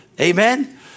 Amen